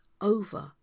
over